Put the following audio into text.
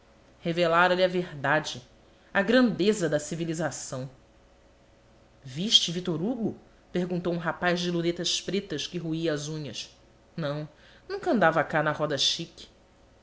marselha revelara lhe a verdade a grandeza da civilização viste vítor hugo perguntou um rapaz de lunetas pretas que roía as unhas não nunca andava cá na roda chic